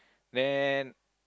then